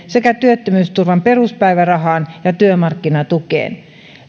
sekä työttömyysturvan peruspäivärahaan ja työmarkkinatukeen